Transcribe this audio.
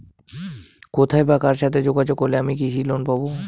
কোথায় বা কার সাথে যোগাযোগ করলে আমি কৃষি লোন পাব?